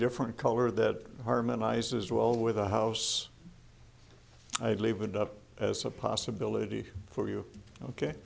different color that harmonizes well with the house i'd leave it up as a possibility for you ok